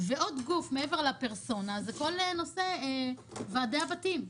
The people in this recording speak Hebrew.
ועוד גוף מעבר לפרסונה זה כל נושא ועדי הבתים.